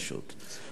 פשוט.